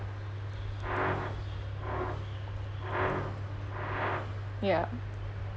ya